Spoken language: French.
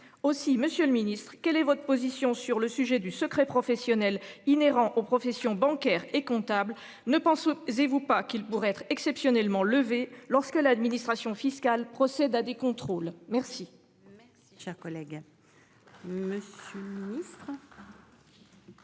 Aussi, Monsieur le Ministre, quelle est votre position sur le sujet du secret professionnel inhérents aux professions bancaires et comptable ne pense et vous pas qu'ils pourraient être exceptionnellement levés lorsque l'administration fiscale procèdent à des contrôles. Merci. Chers collègues. Me suis Ministre.--